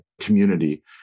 community